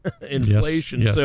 inflation